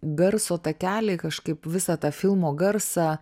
garso takelį kažkaip visą tą filmo garsą